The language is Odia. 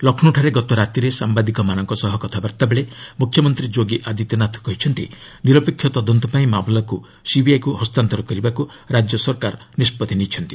ଲକ୍ଷ୍ମୌଠାରେ ଗତରାତିରେ ସାମ୍ବାଦିକମାନଙ୍କ ସହ କଥାବାର୍ତ୍ତାବେଳେ ମୁଖ୍ୟମନ୍ତ୍ରୀ ଯୋଗୀ ଆଦିତ୍ୟନାଥ କହିଛନ୍ତି ନିରପେକ୍ଷ ତଦନ୍ତ ପାଇଁ ମାମଲାକୁ ସିବିଆଇକୁ ହସ୍ତାନ୍ତର କରିବାକୁ ରାଜ୍ୟ ସରକାର ନିଷ୍କଉି ନେଇଛନ୍ତି